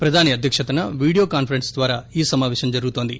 ప్రధాని అధ్యక్షతన video conference ద్వారా ఈ సమాపేశం జరుగుతోంది